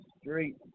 Street